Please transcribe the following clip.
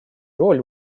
роль